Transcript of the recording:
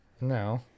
No